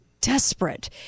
desperate